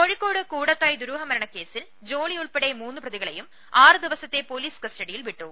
കോഴിക്കോട് കൂടത്തായ് ദുരൂഹമരണ കേസിൽ ജോളിയുൾപ്പടെ മൂന്ന് പ്രതികളേയും ആറു ദിവസത്തെ പൊലീസ് കസ്റ്റഡിയിൽ വിട്ടു